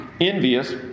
envious